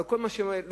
אבל כל מה שנותנים,